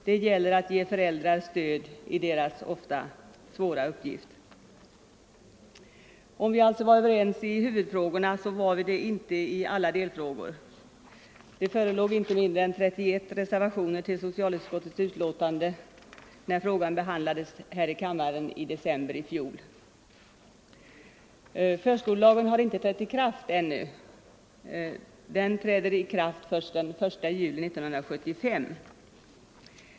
Det gäller att ge föräldrar stöd i deras ofta svåra uppgift. Om vi alltså var överens i huvudfrågan så var vi det inte i alla delfrågor. Det förelåg inte mindre än 31 reservationer till socialutskottets betänkande när frågan behandlades här i kammaren i december i fjol. Förskolelagen har ännu inte trätt i kraft. Det sker först den 1 juli 1975.